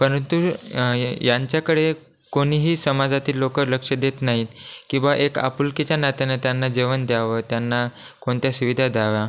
परंतु यांच्याकडे कोणीही समाजातील लोक लक्ष देत नाहीत किंवा एक आपुलकीच्या नात्याने त्यांना जेवण द्यावं त्यांना कोणत्या सुविधा द्याव्यात